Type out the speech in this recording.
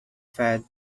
fed